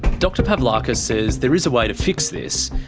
dr pavlakis says there is a way to fix this.